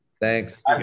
thanks